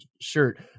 shirt